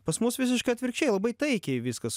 pas mus visiškai atvirkščiai labai taikiai viskas